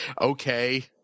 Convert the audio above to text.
okay